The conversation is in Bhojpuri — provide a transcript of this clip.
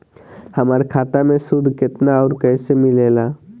हमार खाता मे सूद केतना आउर कैसे मिलेला?